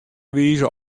wize